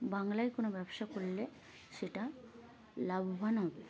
বাংলায় কোনো ব্যবসা করলে সেটা লাভবান হবে